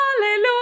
hallelujah